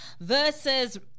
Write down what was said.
versus